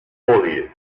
foliage